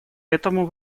этому